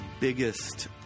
biggest